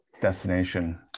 destination